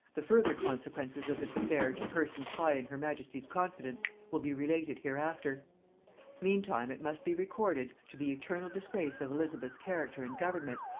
the further consequences of this affair to persons high in her majesty's confidence will be related hereafter meantime it must be recorded, to the eternal disgrace of elizabeth's character and government,